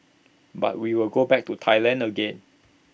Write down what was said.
but we will go back to Thailand again